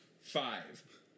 Five